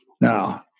Now